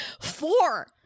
Four